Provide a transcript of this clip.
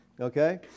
Okay